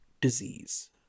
disease